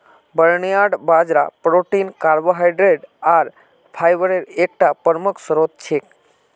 barnyard बाजरा protein carbohydrate आर fibre एकता प्रमुख स्रोत छिके